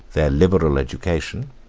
their liberal education,